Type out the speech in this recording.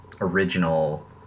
original